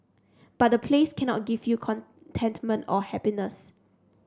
but a place cannot give you contentment or happiness